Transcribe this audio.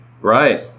right